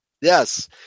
Yes